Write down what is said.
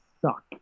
suck